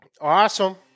Awesome